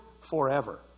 forever